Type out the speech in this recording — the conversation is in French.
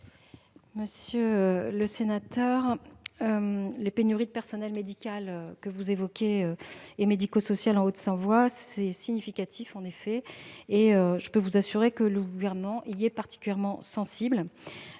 Monsieur le sénateur, les pénuries de personnel médical et médico-social en Haute-Savoie sont significatives, et je peux vous assurer que le Gouvernement y est particulièrement sensible.